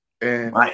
and-